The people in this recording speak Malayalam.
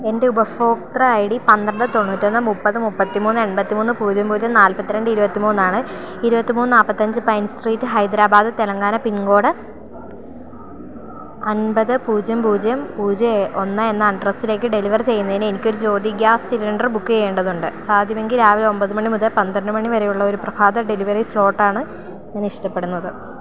എൻ്റെ ഉപഭോക്തൃ ഐ ഡി പന്ത്രണ്ട് തൊണ്ണൂറ്റിയൊന്ന് മുപ്പത് മുപ്പത്തിമൂന്ന് എൺപത്തിമൂന്ന് പൂജ്യം പൂജ്യം നാൽപ്പത്തിരണ്ട് ഇരുപത്തിമൂന്നാണ് ഇരുപത്തിമൂന്ന് നാല്പ്പത്തിയഞ്ച് Pine Street Hyderabad Telangana pin code അൻപത് പൂജ്യം പൂജ്യം പൂജ്യം ഒന്ന് എന്ന അഡ്രെസ്സിലേക്ക് ഡെലിവർ ചെയ്യുന്നയിന് എനിക്കൊരു ജ്യോതി ഗ്യാസ് സിലിണ്ടർ ബുക്ക് ചെയ്യേണ്ടതുണ്ട് സാധ്യമെങ്കിൽ രാവിലെ ഒമ്പത് മണി മുതൽ പന്ത്രണ്ട് മണിവരെയുള്ള ഒരു പ്രഭാത ഡെലിവറി സ്ലോട്ടാണ് ഞാനിഷ്ടപ്പെടുന്നത്